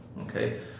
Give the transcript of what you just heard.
Okay